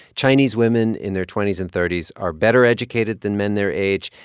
chinese women in their twenty s and thirty s are better educated than men their age.